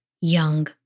young